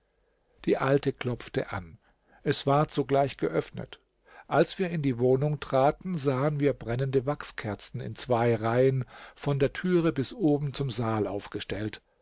die alte klopfte an es ward sogleich geöffnet als wir in die wohnung traten sahen wir brennende wachskerzen in zwei reihen von der türe bis oben zum saal aufgestellt